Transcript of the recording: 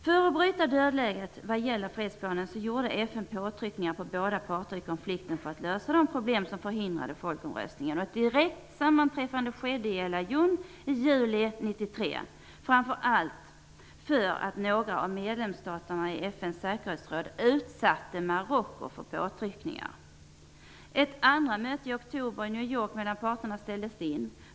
För att bryta dödläget vad gäller fredsplanen gjorde FN påtryckningar på båda parter i konflikten för att lösa de problem som förhindrade folkomröstningen. Ett direkt sammanträffande skedde i El Ayoun i juli 1993, framför allt för att några av medlemsstaterna i FN:s säkerhetsråd utsatte Marocko för påtryckningar. Ett andra möte i oktober i New York mellan parterna ställdes in.